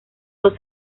dos